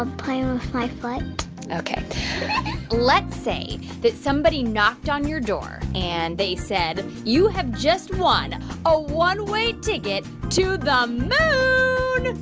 ah playing with my foot ok let's say that somebody knocked on your door, and they said, you have just won a one-way ticket to the moon.